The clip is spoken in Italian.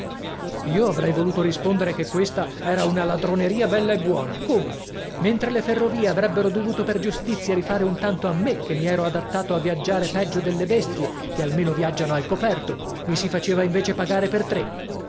io avrei voluto rispondere che questa era una ladronería bella e buona come mentre le ferrovie avrebbero dovuto per giustizia rifare un tanto a me che mi ero adattato a viaggiare peggio delle bestie che almeno viaggiano al coperto mi si faceva invece pagare per tre